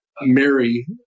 Mary